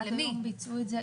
הם עד היום ביצעו את זה.